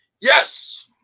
Yes